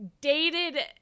dated